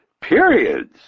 Periods